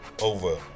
Over